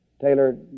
Taylor